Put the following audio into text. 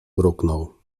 mruknął